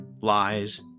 Lies